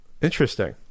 Interesting